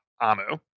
Amu